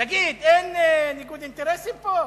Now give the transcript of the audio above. תגיד, אין ניגוד אינטרסים פה?